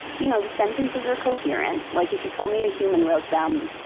you know, the sentences are coherent. like if you told me a human wrote them.